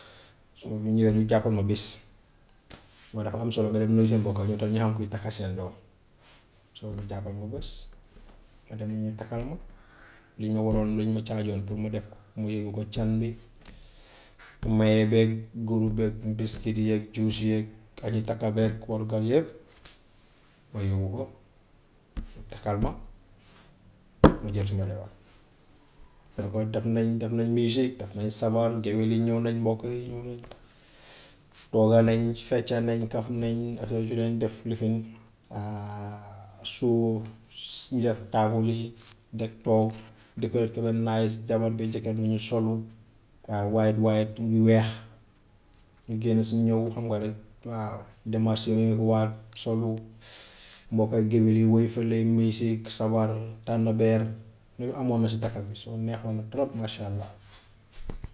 So ñu jàppal ma bis, xam nga dafa am solo nga dem nuyu seen mbokka, ñoom tam ñu xam kuy takka seen doom. So ñu jàppal ma bés, ma dem ñu takkal ma, lu ñu ma waroon, lu ñu ma charge(oon) pour ma def ko mu yóbbu ko can bi, maye beeg, guru beeg, mbiskit yeeg, shoes yeeg, añu takka beeg, warugar yëpp ma yóbbu ko, ñu takkal ma ma jël suma jabar. Defoon def nañ def nañ music, def nañ sabar, géwél yi ñëw nañ, mbokk yi ñëw nañ, togga nañ, fecca nañ, kaf nañ, après si lañ def lifin, so ñu def table yi, def toog defar ko ba mu nice, jabar bi jëkkër bi ñu solu waaw white white yu weex, ñu génn si ñëw xam nga rek waaw démarche nuyuwaat solu, mbokka yu géwél yi woy fële music, sabar, tànnbeer yooyu amoon na si takk bi. So neexoon na trop masha allah.